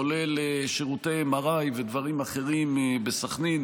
כולל שירותי MRI ודברים אחרים בסח'נין,